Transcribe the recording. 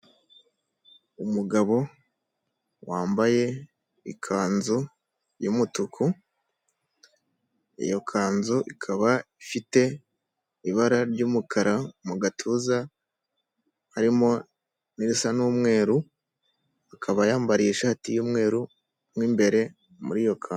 Umugabo wambaye ikanzu y'umutuku, iyo kanzu ikaba ifite ibara ry'umukara mu gatuza, harimo n'ibisa n'umweru, akaba yambariye ishati y'umweru mo imbere muri iyo kanzu.